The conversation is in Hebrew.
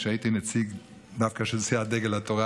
כשהייתי נציג דווקא של סיעת דגל התורה